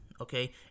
okay